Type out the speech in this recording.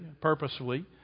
purposefully